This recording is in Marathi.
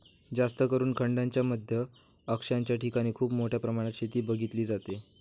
जास्तकरून खंडांच्या मध्य अक्षांशाच्या ठिकाणी खूप मोठ्या प्रमाणात शेती बघितली जाते